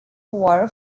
war